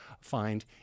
find